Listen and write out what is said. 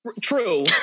True